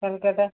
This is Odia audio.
କୋଲକାତା